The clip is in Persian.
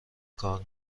کار